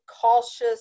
cautious